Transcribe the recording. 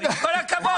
עם כל הכבוד.